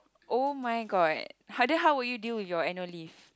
oh-my-god ha~ then how would you deal with your annual leave